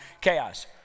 chaos